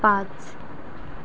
पाच